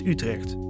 Utrecht